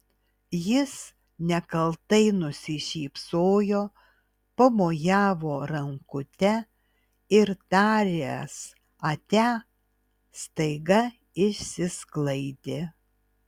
jis nekaltai nusišypsojo pamojavo rankute ir taręs atia staiga išsisklaidė